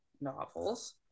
novels